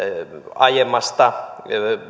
aiemmasta